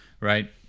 right